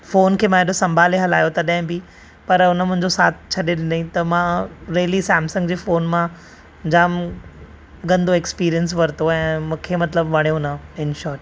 phone खे मां हेडो संभाले हलायो तॾहिं बि पर हुन मुंहिंजो साथु छॾे ॾिनई त मां रिअली सैमसंग जे फ़ोन मां जामु गंदो ऐक्सपिरिऐंस वठितो ऐ मूंखे मतिलबु वणियो न इनशोर्ट